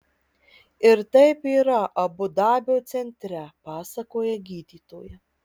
ir taip yra abu dabio centre pasakoja gydytoja